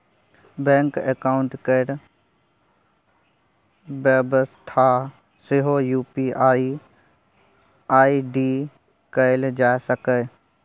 bank account केर बेबस्था सेहो यु.पी.आइ आइ.डी कएल जा सकैए